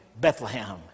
Bethlehem